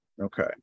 Okay